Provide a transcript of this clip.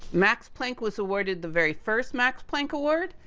max planck was awarded the very first max planck award,